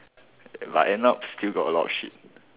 but end up still got a lot of shit